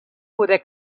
poder